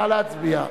נא להצביע.